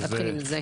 נתחיל מזה.